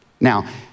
Now